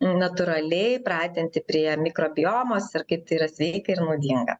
natūraliai pratinti prie mikrobiomos ir kaip tai yra sveika ir naudinga